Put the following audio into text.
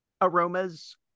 aromas